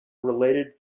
related